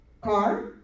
Car